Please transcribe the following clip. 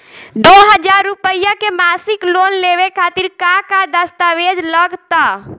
दो हज़ार रुपया के मासिक लोन लेवे खातिर का का दस्तावेजऽ लग त?